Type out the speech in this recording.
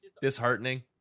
disheartening